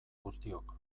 guztiok